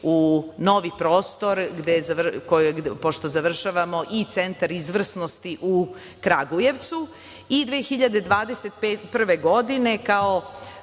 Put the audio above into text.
u novi prostor, pošto završavamo i Centar izvrsnosti u Kragujevcu i 2021. godine, kao